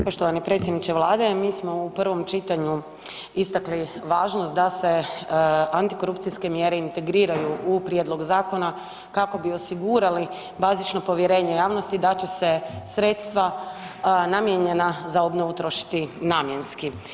Poštovani predsjedniče vlade, mi smo u prvom čitanju istakli važnost da se antikorupcijske mjere integriraju u prijedlog zakona kako bi osigurali bazično povjerenje javnosti da će se sredstva namijenjena za obnovu trošiti namjenski.